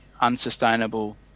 unsustainable